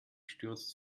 stürzt